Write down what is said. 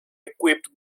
equipped